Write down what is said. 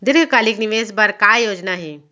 दीर्घकालिक निवेश बर का योजना हे?